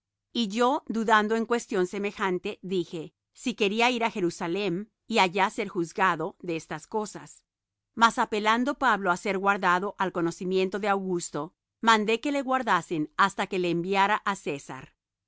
y yo dudando en cuestión semejante dije si quería ir á jerusalem y allá ser juzgado de estas cosas mas apelando pablo á ser guardado al conocimiento de augusto mandé que le guardasen hasta que le enviara á césar